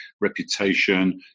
reputation